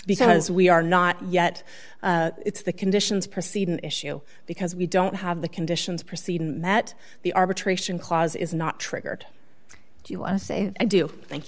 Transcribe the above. because we are not yet it's the conditions perceive an issue because we don't have the conditions proceeding that the arbitration clause is not triggered do you want to say i do thank